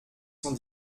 cent